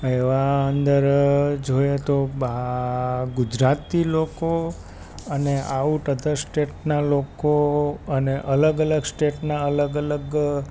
એવા અંદર જોઈએ તો આ ગુજરાતી લોકો અને આઉટ અધર સ્ટેટનાં લોકો અને અલગ અલગ સ્ટેટનાં અલગ અલગ